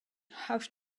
have